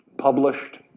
published